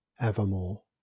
evermore